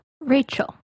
Rachel